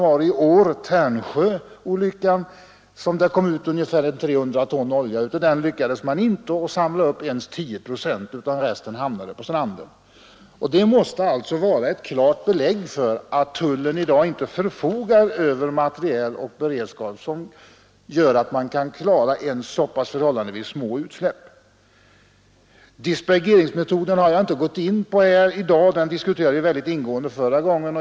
Av denna olja lyckades man, då man under tiden 7—15 januari i år arbetade med upptagningen, inte samla upp ens 10 procent; resten hamnade på stranden. Detta måste vara ett klart belägg för att tullen i dag inte förfogar över materiel och inte har en beredskap som gör att man kan klara ens så förhållandevis små utsläpp. Dispergeringsmetoden har jag inte gått in på här i dag — den diskuterade vi väldigt ingående förra gången.